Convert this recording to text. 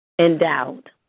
endowed